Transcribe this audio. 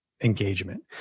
engagement